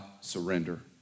surrender